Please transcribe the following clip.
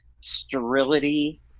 sterility